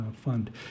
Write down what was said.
Fund